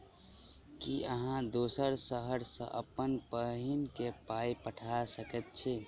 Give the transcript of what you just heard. की अहाँ दोसर शहर सँ अप्पन बहिन केँ पाई पठा सकैत छी?